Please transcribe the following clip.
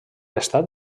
estat